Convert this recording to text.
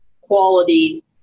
quality